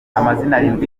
arindwi